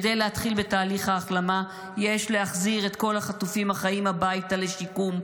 כדי להתחיל בתהליך ההחלמה יש להחזיר את כל החטופים החיים הביתה לשיקום,